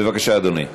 בבקשה, אדוני.